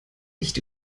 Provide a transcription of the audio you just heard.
nicht